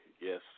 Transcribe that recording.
Yes